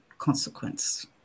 consequence